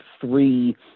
three